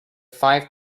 five